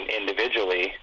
individually